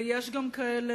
ויש גם כאלה,